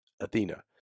Athena